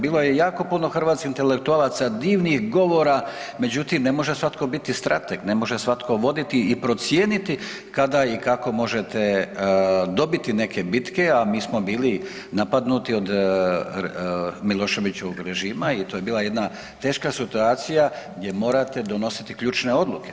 Bilo je jako puno hrvatskih intelektualaca divnih govora, međutim ne može svatko biti strateg, ne može svatko voditi i procijeniti kada i kako možete dobiti neke bitke, a mi smo bili napadnuti od Miloševićevog režima i to je bila jedna teška situacija gdje morate donositi ključne odluke.